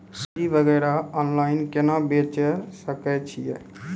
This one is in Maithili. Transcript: सब्जी वगैरह ऑनलाइन केना बेचे सकय छियै?